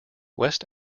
west